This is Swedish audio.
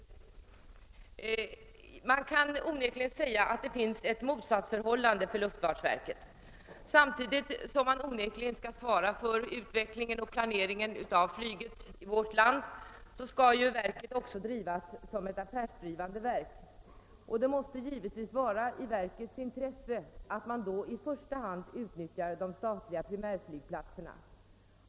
Man kan onekligen säga att det finns ett motsatsförhållande inom luftfartsverket. Samtidigt som verket skall svara för utvecklingen och planeringen av flyget i vårt land skall verket ju också drivas som ett affärsdrivande verk. I sistnämnda avseende måste det givetvis vara i verkets intresse att flyget i första hand utnyttjar de statliga primärflygplatserna.